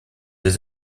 des